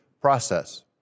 process